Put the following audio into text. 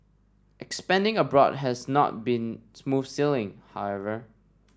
expanding abroad has not been smooth sailing however